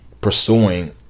pursuing